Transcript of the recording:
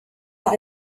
that